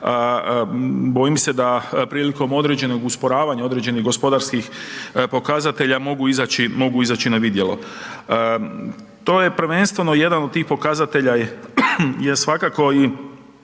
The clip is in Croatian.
bojim se da prilikom određenog usporavanja, određenih gospodarskih pokazatelja mogu izaći, mogu izaći na vidjelo. To je prvenstveno jedan od tih pokazatelja je, je svakako i